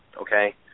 okay